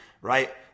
right